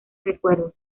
recuerdos